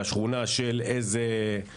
לשכונה של מי,